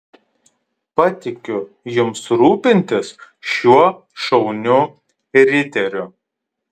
patikiu jums rūpintis šiuo šauniu riteriu